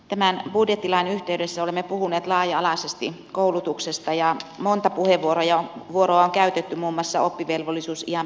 tämän budjettilain yhteydessä olemme puhuneet laaja alaisesti koulutuksesta ja monta puheenvuoroa on käytetty muun muassa oppivelvollisuusiän pidentämisestä